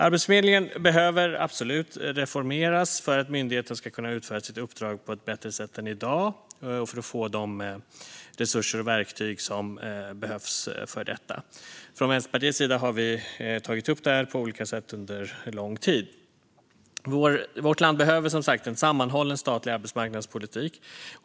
Arbetsförmedlingen behöver absolut reformeras för att myndigheten ska kunna utföra sitt uppdrag på ett bättre sätt än i dag och för att få de resurser och verktyg som behövs för detta. Vänsterpartiet har tagit upp det på olika sätt under lång tid. Vårt land behöver som sagt en sammanhållen statlig arbetsmarknadspolitik.